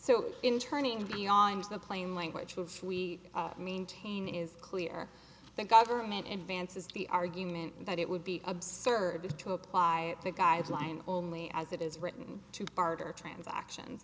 so in turn and beyond the plain language of we maintain is clear the government and vance is the argument that it would be absurd to apply the guideline only as it is written to barter transaction